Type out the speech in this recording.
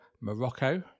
Morocco